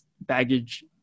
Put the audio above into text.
baggage